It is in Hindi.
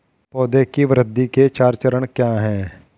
पौधे की वृद्धि के चार चरण क्या हैं?